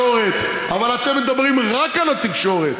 בתקשורת, אבל אתם מדברים רק על התקשורת.